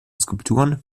skulpturen